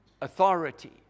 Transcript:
Authority